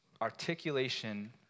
articulation